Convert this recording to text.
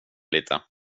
lite